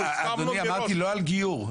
אדוני, אמרתי לא על גיור.